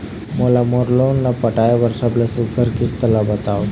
मोला मोर लोन ला पटाए बर सबले सुघ्घर किस्त ला बताव?